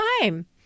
time